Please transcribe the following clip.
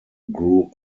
grew